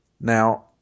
now